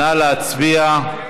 נא להצביע.